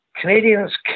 Canadians